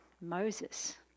Moses